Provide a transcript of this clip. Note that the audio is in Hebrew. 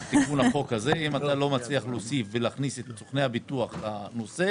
אם אתה לא מצליח להוסיף ולהכניס את סוכני הביטוח לנושא,